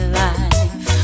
life